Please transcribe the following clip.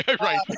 Right